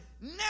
Now